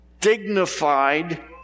dignified